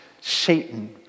Satan